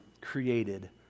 created